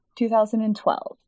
2012